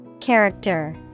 Character